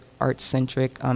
art-centric